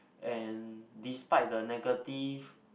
and despite the negative